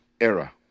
era